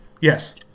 Yes